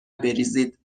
بریزید